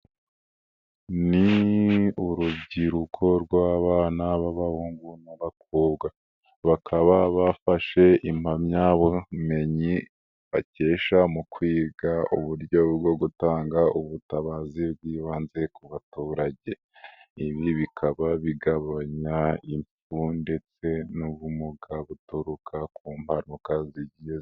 Ni urubyiruko rw'abana b'abahungu n'abakobwa bakaba bafashe impamyabumenyi bakesha mu kwiga uburyo bwo gutanga ubutabazi bwibanze ku baturage, ibi bikaba bigabanya impfu ndetse n'ubumuga buturuka ku mpanuka zigiye zitandukanye.